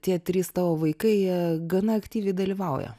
tie trys tavo vaikai jie gana aktyviai dalyvauja